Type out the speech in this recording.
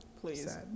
Please